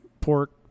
pork